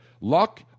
Luck